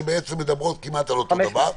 שמדברים כמעט על אותו הדבר.